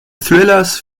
thrillers